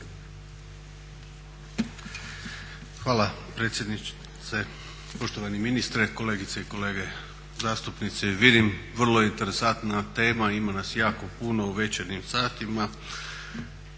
Hvala potpredsjednice, poštovani ministre, kolegice i kolege zastupnici. Vidim, vrlo je interesantna tema i ima nas jako puno u večernjim satima.